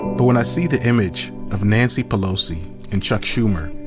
but when i see the image of nancy pelosi and chuck schumer,